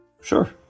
Sure